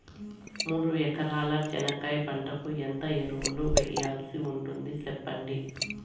మూడు ఎకరాల చెనక్కాయ పంటకు ఎంత ఎరువులు వేయాల్సి ఉంటుంది సెప్పండి?